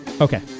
okay